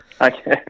okay